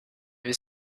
his